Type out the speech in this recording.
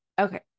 Okay